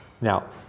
now